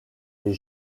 les